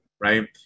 Right